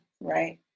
right